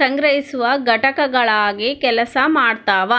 ಸಂಗ್ರಹಿಸುವ ಘಟಕಗಳಾಗಿ ಕೆಲಸ ಮಾಡ್ತವ